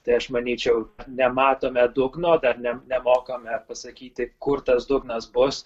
tai aš manyčiau nematome dugno dar ne nemokame pasakyti kur tas dugnas bus